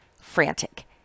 frantic